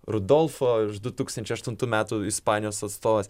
rudolfą iš du tūkstančiai aštuntų metų ispanijos atstovas